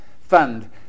fund